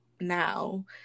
now